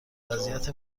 وضعیت